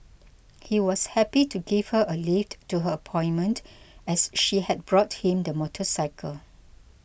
he was happy to give her a lift to her appointment as she had bought him the motorcycle